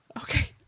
Okay